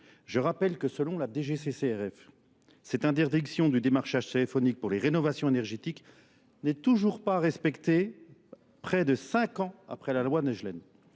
Je rappelle que selon la DGCCRF, cette interdiction du démarchage téléphonique pour les rénovations énergétiques n'est toujours pas respectée près de 5 ans après la loi Nechelen.